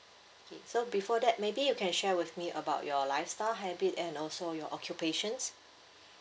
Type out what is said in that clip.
okay so before that maybe you can share with me about your lifestyle habit and also your occupations